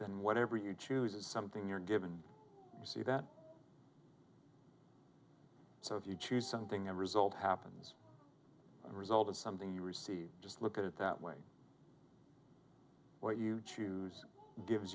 then whatever you choose is something you're given you see that so if you choose something a result happens result is something you receive just look at that way what you choose gives